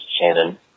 Shannon